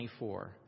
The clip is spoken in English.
24